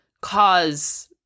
cause